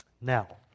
Now